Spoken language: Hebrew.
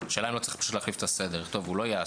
השאלה אם לא צריך להחליף את הסדר ולכתוב: "הוא לא יעסיק,